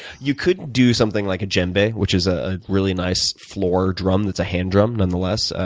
you could do something like a djembe, and which is a really nice floor drum that's a hand drum nonetheless,